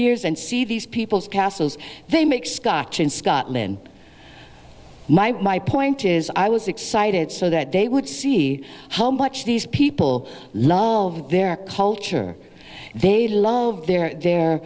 years and see these people's castles they make scotch in scotland my point is i was excited so that they would see how much these people love their culture they love their their